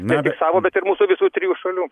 ne tik savo bet ir mūsų visų trijų šalių